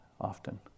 often